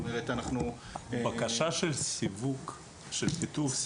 זאת אומרת אנחנו --- בקשה של סיווג של שיתוף,